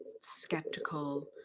skeptical